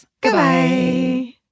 Goodbye